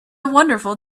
wonderful